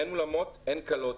אין אולמות, אין כלות.